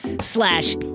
slash